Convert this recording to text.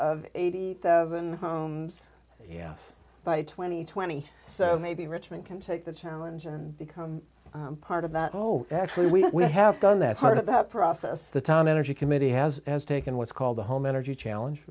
of eighty thousand homes yes by twenty twenty so maybe richmond can take the challenge and become part of that no actually we have done that sort of that process the time energy committee has taken what's called the home energy challenge